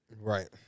Right